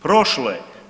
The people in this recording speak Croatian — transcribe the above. Prošlo je.